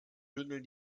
bündeln